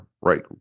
right